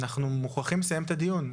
אנחנו מוכרחים לסיים את הדיון.